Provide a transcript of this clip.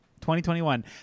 2021